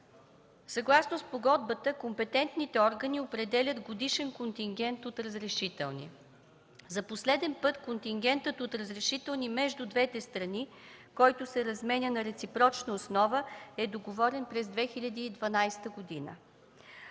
Съгласно спогодбата компетентните органи определят годишен контингент от разрешителни. За последен път контингентът от разрешителни между двете страни, който се разменя на реципрочна основа, е договорен през 2012 г.,